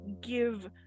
give